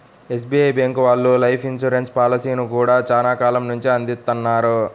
SBI bank వాళ్ళు life insurance పాలసీలను గూడా చానా కాలం నుంచే అందిత్తన్నారు